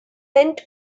went